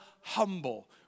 humble